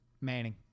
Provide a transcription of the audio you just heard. Manning